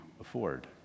afford